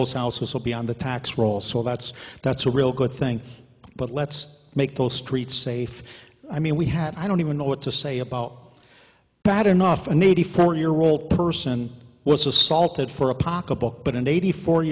those houses will be on the tax rolls so that's that's a real good thing but let's make those streets safe i mean we had i don't even know what to say about bad enough an eighty four year old person was assaulted for a pocketbook but an eighty four